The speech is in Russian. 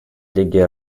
лиги